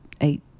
eight